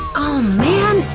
man,